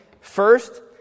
First